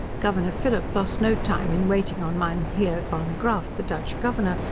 governor phillip lost no time in waiting on mynheer van graaffe, the dutch governor,